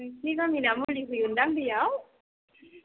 नोंसोरनि गामिना मुलि होयो दां दैआव